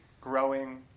growing